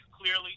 clearly